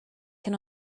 can